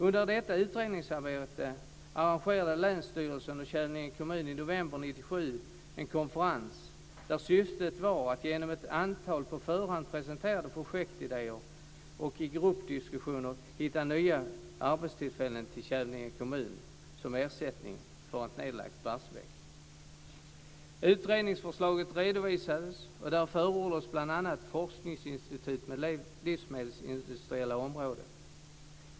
Under detta utredningsarbete arrangerade länsstyrelsen och Kävlinge kommun i november 1997 en konferens där syftet var att genom ett antal på förhand presenterade projektidéer i gruppdiskussioner hitta nya arbetstillfällen till Kävlinge kommun som ersättning för ett nedlagt Barsebäck. Utredningsförslaget redovisades. Där förordades bl.a. ett forskningsinstitut på det livmedelsindustriella området.